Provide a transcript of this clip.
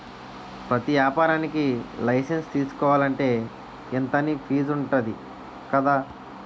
ప్రతి ఏపారానికీ లైసెన్సు తీసుకోలంటే, ఇంతా అని ఫీజుంటది కదా